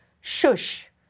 shush